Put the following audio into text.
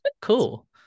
cool